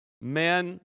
men